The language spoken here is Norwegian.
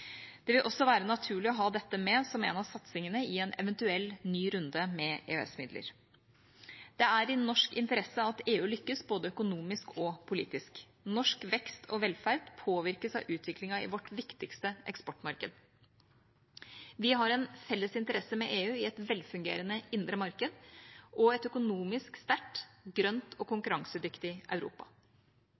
Det vil også være naturlig å ha dette med som en av satsingene i en eventuell ny runde med EØS-midler. Det er i norsk interesse at EU lykkes, både økonomisk og politisk. Norsk vekst og velferd påvirkes av utviklingen i vårt viktigste eksportmarked. Vi har en felles interesse med EU i et velfungerende indre marked og et økonomisk sterkt, grønt og konkurransedyktig Europa.